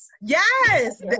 Yes